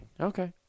Okay